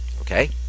Okay